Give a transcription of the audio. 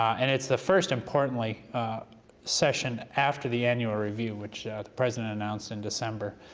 and it's the first importantly session after the annual review, which the president announced in december,